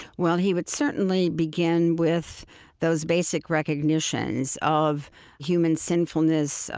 well, he would certainly begin with those basic recognitions of human sinfulness,